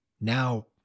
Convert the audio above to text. now